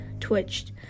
Twitched